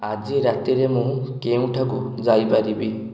ଆଜି ରାତିରେ ମୁଁ କେଉଁଠାକୁ ଯାଇପାରିବି